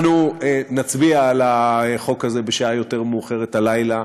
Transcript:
אנחנו נצביע על החוק הזה, בשעה יותר מאוחרת הלילה.